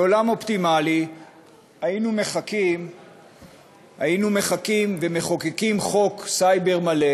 בעולם אופטימלי היינו מחכים ומחוקקים חוק סייבר מלא